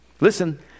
listen